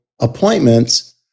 appointments